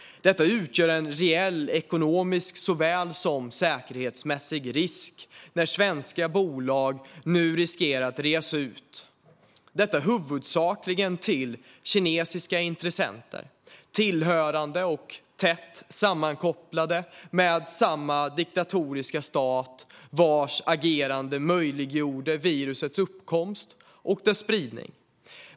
Detta utgör en reell ekonomisk såväl som säkerhetsmässig risk när svenska bolag nu riskerar att reas ut till huvudsakligen kinesiska intressenter tillhörande och tätt sammankopplade med samma diktatoriska stat vars agerande möjliggjorde virusets uppkomst och spridning.